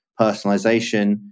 personalization